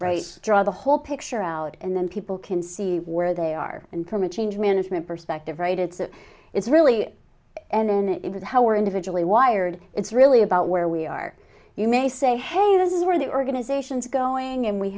brace draw the whole picture out and then people can see where they are and from a change management perspective right it's that it's really and then it was how are individually wired it's really about where we are you may say hey this is where the organizations going and we